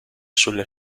sulle